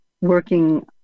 working